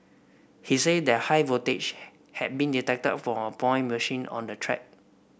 he said that high voltage had been detected from a point machine on the track